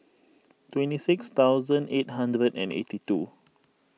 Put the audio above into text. twenty six thousand eight hundred and eighty two